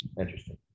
Interesting